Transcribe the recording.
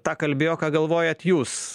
tą kalbėjo ką galvojat jūs